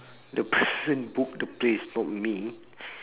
the person book the place not me